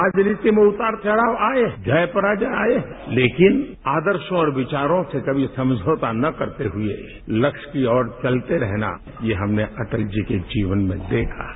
राजनीति में उतार चढ़ाव आये जय पराजय आये लेकिन आदर्श और विचारों से कभी समझौता न करते हुए लक्ष्य की ओर चलते रहना ये हमने अटल जी के जीवन में देखा है